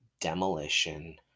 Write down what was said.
Demolition